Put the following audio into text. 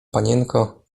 panienko